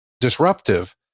disruptive